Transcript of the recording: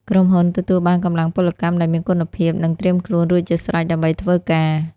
ក្រុមហ៊ុនទទួលបានកម្លាំងពលកម្មដែលមានគុណភាព និងត្រៀមខ្លួនរួចជាស្រេចដើម្បីធ្វើការ។